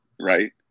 right